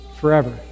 forever